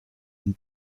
and